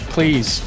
Please